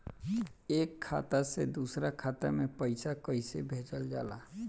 एक खाता से दूसरा खाता में पैसा कइसे भेजल जाला?